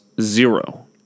zero